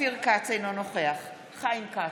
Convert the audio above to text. אופיר כץ, אינו נוכח חיים כץ,